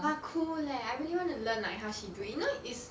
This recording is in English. but cool leh I really want to learn like how she do it you know it's